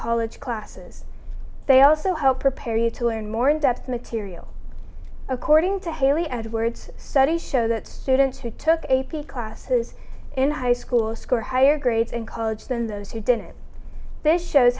college classes they also help prepare you to learn more in depth material according to harry edwards studies show that students who took a p classes in high school score higher grades in college than those who did their shows